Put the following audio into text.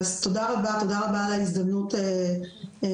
תודה רבה על ההזדמנות לדבר,